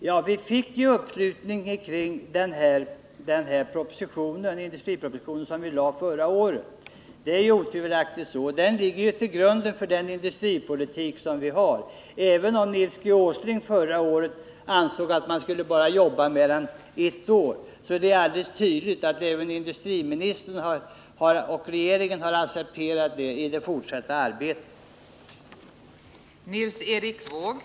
Vi fick otvivelaktigt uppslutning kring den industriproposition som folkpartiregeringen lade fram förra året. Denna proposition ligger till grund för den industripolitik som nu förs. Även om Nils G. Åsling förra året ansåg att man bara skulle jobba med den i ett år, är det alldeles tydligt att även industriministern och regeringen i det fortsatta arbetet har accepterat propositionens förslag.